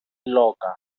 loca